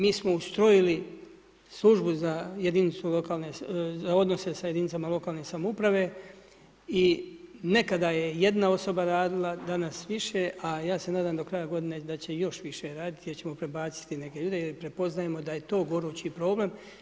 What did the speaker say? Mi smo ustrojili službu za jedinicu, odnose sa jedinicama lokalne samouprave i nekada je jedna osoba radila, danas više, a ja se nadam do kraja godine da će još više radit jer ćemo prebaciti neke ljude jer prepoznajemo da je to gorući problem.